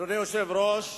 אדוני היושב-ראש,